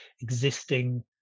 existing